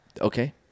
Okay